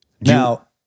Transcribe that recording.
Now